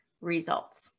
results